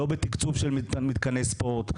לא בתקצוב של מתקני ספורט.